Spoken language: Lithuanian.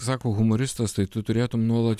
sako humoristas tai tu turėtum nuolat